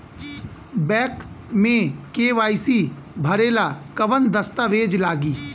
Bank मे KYC भरेला कवन दस्ता वेज लागी?